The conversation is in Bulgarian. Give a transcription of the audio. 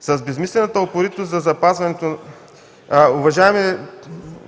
и само на около 50 хил. човека. Уважаеми